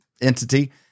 entity